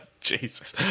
Jesus